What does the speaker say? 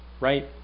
right